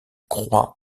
croix